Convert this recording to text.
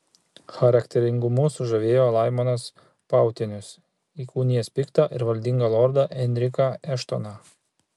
charakteringumu sužavėjo laimonas pautienius įkūnijęs piktą ir valdingą lordą enriką eštoną